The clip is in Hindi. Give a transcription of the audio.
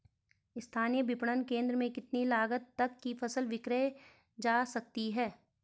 स्थानीय विपणन केंद्र में कितनी लागत तक कि फसल विक्रय जा सकती है?